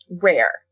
rare